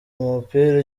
umupira